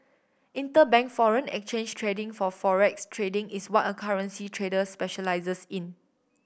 interbank foreign exchange trading or forex trading is what a currency traders specialises in